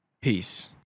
Peace